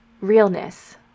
realness